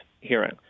hearing